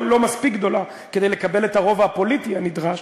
לא מספיק גדולה כדי לקבל את הרוב הפוליטי הנדרש,